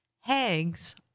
Hags